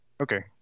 okay